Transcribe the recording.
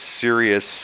serious